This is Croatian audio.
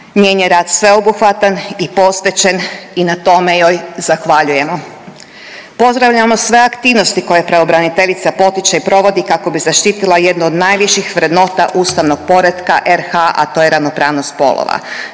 njen je rad sveobuhvatan i posvećen i na tome joj zahvaljujemo. Pozdravljamo sve aktivnosti koje pravobraniteljica potiče i provodi kako bi zaštitila jednu od najviših vrednota ustavnog poretka RH, a to je ravnopravnost spolova.